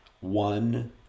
one